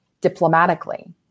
diplomatically